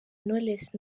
knowless